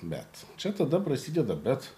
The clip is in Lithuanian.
bet čia tada prasideda bet